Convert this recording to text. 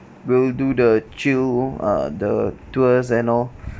we'll do the chill uh the tours and all